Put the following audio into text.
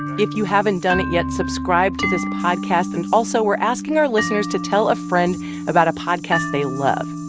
if you haven't done it yet, subscribe subscribe to this podcast. and also, we're asking our listeners to tell a friend about a podcast they love.